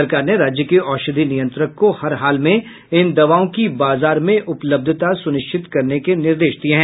सरकार ने राज्य के औषधि नियंत्रक को हर हाल में इन दवाओं की बाजार में उपलब्धता सुनिश्चित करने के निर्देश दिये हैं